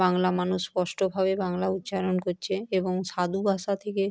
বাংলা মানুষ স্পষ্টভাবে বাংলা উচ্চারণ করছে এবং সাধু ভাষা থেকে